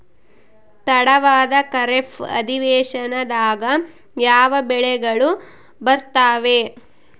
ತಡವಾದ ಖಾರೇಫ್ ಅಧಿವೇಶನದಾಗ ಯಾವ ಬೆಳೆಗಳು ಬರ್ತಾವೆ?